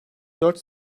dört